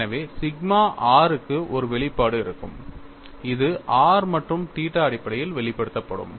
எனவே sigma r க்கு ஒரு வெளிப்பாடு இருக்கும் இது r மற்றும் தீட்டா அடிப்படையில் வெளிப்படுத்தப்படும்